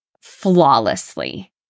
flawlessly